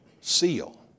seal